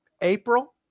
april